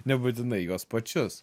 nebūtinai juos pačius